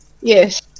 Yes